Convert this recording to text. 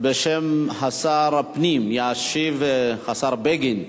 בשם שר הפנים ישיב השר בגין.